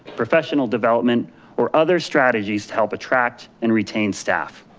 professional development or others strategies to help attract and retain staff.